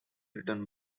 written